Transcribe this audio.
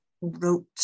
wrote